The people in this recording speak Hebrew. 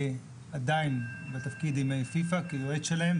עדיין בתפקיד עם פיפ"א כיועץ שלהם,